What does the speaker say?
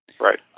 Right